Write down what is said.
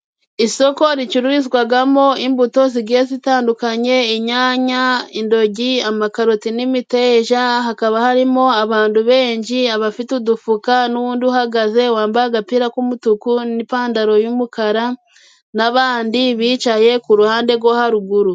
Isoko ricururizwamo imbuto zigiye zitandukanye, inyanya, indoryi, amakarote n'imiteja, hakaba harimo abantu benshi, abafite udufuka, n'undi uhagaze wambaye agapira k'umutuku, n'ipantaro y'umukara, n'abandi bicaye ku ruhande rwo haruguru.